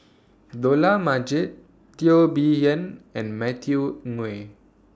Dollah Majid Teo Bee Yen and Matthew Ngui